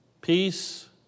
peace